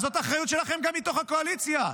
זאת האחריות שלכם גם מתוך הקואליציה.